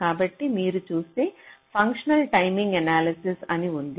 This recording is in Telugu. కాబట్టి మీరు చూస్తే ఫంక్షనల్ టైమింగ్ అనాలిసిస్ అని ఉంది